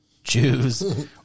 Jews